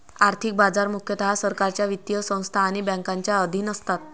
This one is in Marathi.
आर्थिक बाजार मुख्यतः सरकारच्या वित्तीय संस्था आणि बँकांच्या अधीन असतात